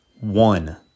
One